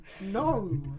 No